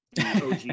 og